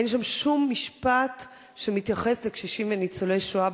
אין שם שום משפט שמתייחס לקשישים וניצולי השואה,